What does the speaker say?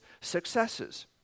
successes